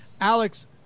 Alex